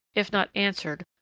if not answered,